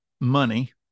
money